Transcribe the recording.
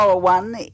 One